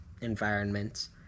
environments